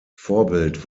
vorbild